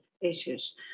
issues